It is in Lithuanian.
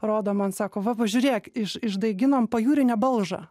rodo man sako vava žiūrėk iš išdaiginom pajūrinę balžą